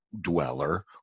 dweller